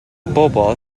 bobl